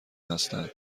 هستند